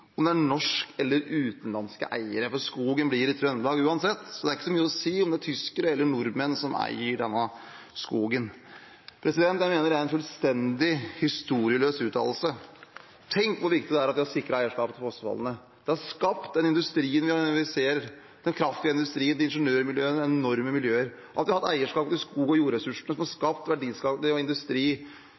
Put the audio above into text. om det er norske eller utenlandske eiere – skogen blir i Trøndelag uansett, så det har ikke så mye å si om det er tyskere eller nordmenn som eier denne skogen. Dette mener jeg er en fullstendig historieløs uttalelse. Tenk hvor viktig det er at vi har sikret eierskapet til fossefallene. Det har skapt den industrien vi ser: kraftindustrien og ingeniørmiljøene, det er enorme miljøer – vi har hatt eierskap til skog- og jordressursene som har ført til verdiskaping og industri